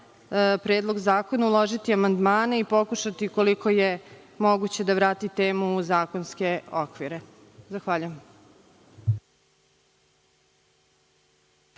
predlog zakona uložiti amandmane i pokušati, koliko je moguće, da vrati temu u zakonske okvire. Zahvaljujem.